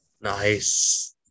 Nice